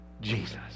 Jesus